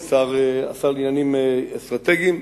השר לעניינים אסטרטגיים,